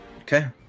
Okay